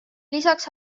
lisaks